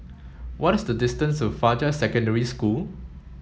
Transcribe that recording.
what is the distance to Fajar Secondary School